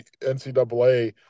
NCAA